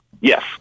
Yes